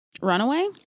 Runaway